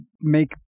make